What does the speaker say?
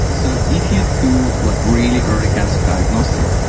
so if you do like really early cancer diagnostic,